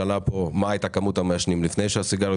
כולל מה הייתה כמות המעשנים לפני שהסיגריות